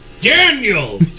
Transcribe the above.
Daniel